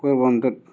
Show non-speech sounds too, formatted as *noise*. *unintelligible*